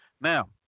Now